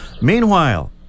Meanwhile